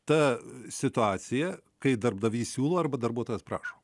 ta situacija kai darbdavys siūlo arba darbuotojas prašo